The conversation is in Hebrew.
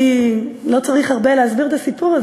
לא צריך הרבה להסביר את הסיפור הזה.